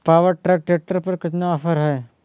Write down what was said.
Power track tractor पर कितना offer है?